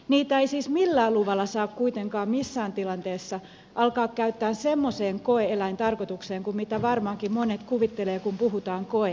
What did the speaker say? löytöeläimiä ei siis millään luvalla saa kuitenkaan missään tilanteessa alkaa käyttää semmoiseen koe eläintarkoitukseen kuin mitä varmaankin monet kuvittelevat kun puhutaan koe eläimistä